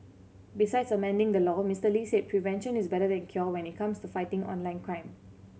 besides amending the law Mister Lee said prevention is better than cure when it comes to fighting online crime